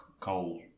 Coal